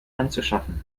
anzuschaffen